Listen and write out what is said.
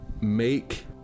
make